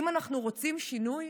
אם אנחנו רוצים שינוי,